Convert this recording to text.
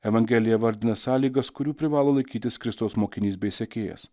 evangelija vardina sąlygas kurių privalo laikytis kristaus mokinys bei sekėjas